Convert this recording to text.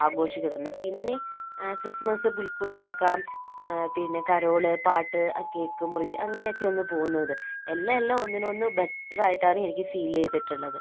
ആഘോഷിക്കുന്നത് പിന്നെയും ക്രിസ്മസ് പുല്കൂടുണ്ടാക്കാം പിന്നെ കരോൾ പാട്ട് കേക്ക് മുറി അങ്ങനെയൊക്കെ ഒന്ന് പോകുന്നത് എല്ലാം എല്ലാം ഒന്നിനൊന്ന് ബെറ്റർ ആയിട്ടാണ് എനിക്ക് ഫീൽ ചെയ്തിട്ടുള്ളത്